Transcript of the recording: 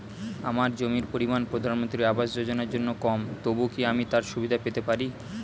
আমার জমির পরিমাণ প্রধানমন্ত্রী আবাস যোজনার জন্য কম তবুও কি আমি তার সুবিধা পেতে পারি?